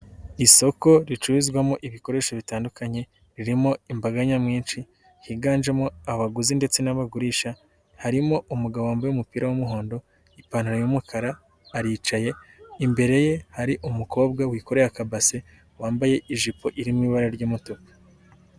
Isoko ricururizwamo ibikoresho bitandukanye, ririmo imbaga nyamwinshi, higanjemo abaguzi ndetse n'abagurisha, harimo umugabo wambaye umupira w'umuhondo, ipantaro y'umukara, aricaye, imbere ye hari umukobwa wikore akabase wambaye ijipo iririmo ibara ry'umutuku.